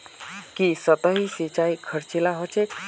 की सतही सिंचाई खर्चीला ह छेक